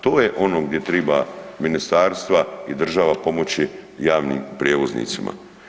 To je ono gdje triba ministarstva i država pomoći javnim prijevoznicima.